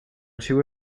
two